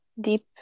deep